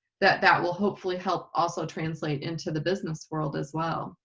that that will hopefully help also translate into the business world as well.